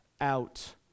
out